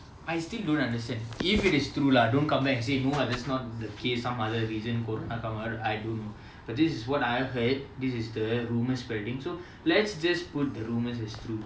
I still don't understand if it is true lah don't come back and say no lah that's not the case some other reason corona come out lah I don't know but this is what I heard this is the rumour spreading so let's just put the rumours is true